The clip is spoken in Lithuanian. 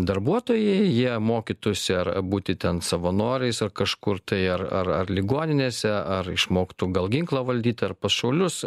darbuotojai jie mokytųsi ar būti ten savanoriais ar kažkur tai ar ar ar ligoninėse ar išmoktų gal ginklą valdyti ar pas šaulius